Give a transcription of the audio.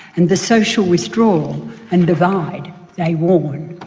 and the social withdrawal and divide they warn.